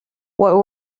what